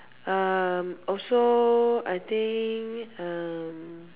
um also I think um